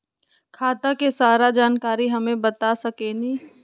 खाता के सारा जानकारी हमे बता सकेनी?